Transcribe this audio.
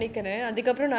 ah